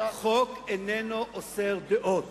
חוק איננו אוסר דעות.